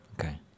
Okay